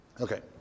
Okay